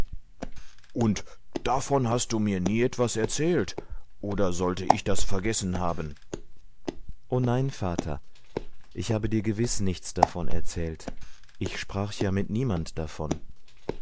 und davon hast du mir nie etwas erzählt oder sollte ich das vergessen haben o nein vater ich habe dir gewiß nichts davon erzählt ich sprach ja mit niemand davon